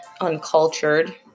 uncultured